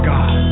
God